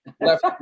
Left